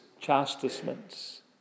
chastisements